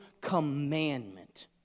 commandment